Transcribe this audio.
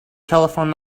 telephone